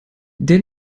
der